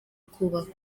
kubaka